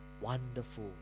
Wonderful